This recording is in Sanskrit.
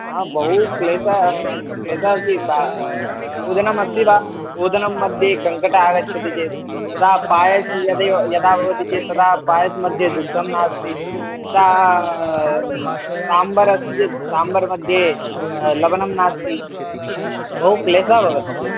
बहुक्लेशः क्लेशः अस्ति तदा ओदनम् अस्ति वा ओदनं मध्ये कङ्कट आगच्छति चेत् तदा पायसं यदि यदा भवति चेत् तदा पायसं मध्ये दुग्धं नास्ति तदा साम्बर् अस्ति चेत् साम्बर् मध्ये लवनं नास्ति बहुक्लेशः भवति चेत्